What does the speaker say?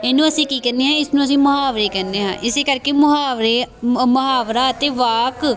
ਇਹਨੂੰ ਅਸੀਂ ਕੀ ਕਹਿੰਦੇ ਹਾਂ ਇਸਨੂੰ ਅਸੀਂ ਮੁਹਾਵਰੇ ਕਹਿੰਦੇ ਹਾਂ ਇਸੇ ਕਰਕੇ ਮੁਹਾਵਰੇ ਮ ਮੁਹਾਵਰਾ ਅਤੇ ਵਾਕ